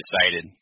decided